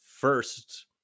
first